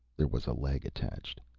there was a leg attached.